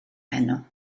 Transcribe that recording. heno